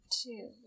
two